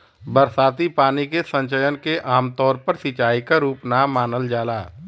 बरसाती पानी के संचयन के आमतौर पर सिंचाई क रूप ना मानल जाला